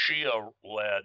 Shia-led